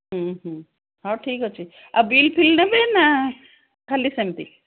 ହଉ ଠିକ୍ ଅଛି ଆଉ ବିଲ୍ ଫିଲ୍ ନେବେ ନା ଖାଲି ସେମିତି